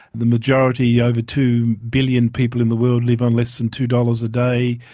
the majority, over two billion people in the world, live on less than two dollars a day.